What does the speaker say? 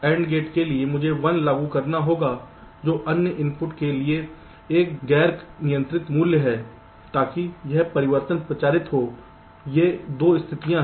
AND gate के लिए मुझे 1 लागू करना होगा जो अन्य इनपुट के लिए एक गैर नियंत्रित मूल्य है ताकि यह परिवर्तन प्रचारित हो ये 2 स्थितियां हैं